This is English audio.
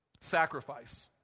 Sacrifice